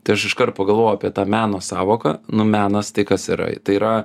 tai aš iškart pagalvojau apie tą meno sąvoką nu menas tai kas yra tai yra